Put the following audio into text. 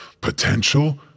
potential